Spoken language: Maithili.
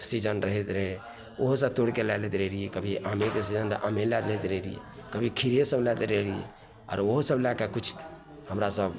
सीजन रहैत रहै ओहोसब तोड़िके लै लैत रहै रहिए कभी आमेके सीजन तऽ आमे लै जाइत रही कभी खीरेसब लै जाइत रही आओर ओहोसब लैके किछु हमरासभ